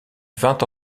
vint